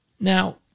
Now